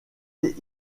est